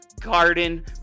Garden